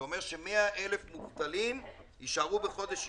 זה הובטח אבל לא קוים.